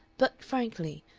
but frankly,